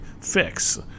fix